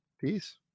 peace